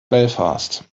belfast